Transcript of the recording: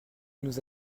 nous